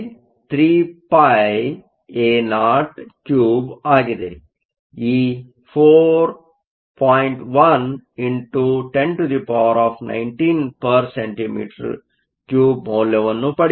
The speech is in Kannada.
1 x 1019 cm 3 ಮೌಲ್ಯವನ್ನು ಪಡೆಯುತ್ತೇವೆ